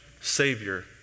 savior